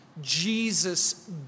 Jesus